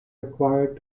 required